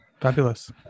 fabulous